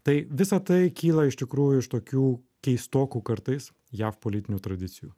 tai visa tai kyla iš tikrųjų iš tokių keistokų kartais jav politinių tradicijų